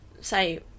say